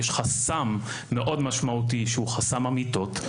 יש חסם מאוד משמעותי והוא חסם המיטות.